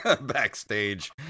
backstage